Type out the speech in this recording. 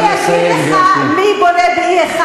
אני אגיד לך מי בונה ב-E1: